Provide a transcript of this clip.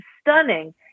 stunning